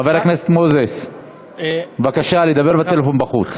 חבר הכנסת מוזס, בבקשה לדבר בטלפון בחוץ.